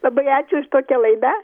labai ačiū už tokią laidą